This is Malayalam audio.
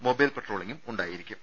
മൊബൈൽ പട്രോളിംഗും ഉണ്ടായിരിക്കും